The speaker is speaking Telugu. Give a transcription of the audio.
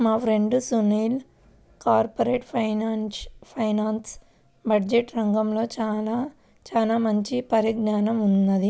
మా ఫ్రెండు సునీల్కి కార్పొరేట్ ఫైనాన్స్, బడ్జెట్ రంగాల్లో చానా మంచి పరిజ్ఞానం ఉన్నది